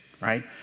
right